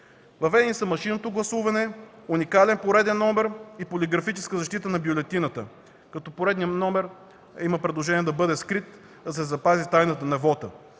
Въведени са машинното гласуване, уникален пореден номер и полиграфическа защита на бюлетината, като има предложение поредният номер да бъде скрит, за да се запази тайната на вота,